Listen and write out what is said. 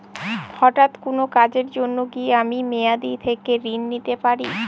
হঠাৎ কোন কাজের জন্য কি আমি মেয়াদী থেকে ঋণ নিতে পারি?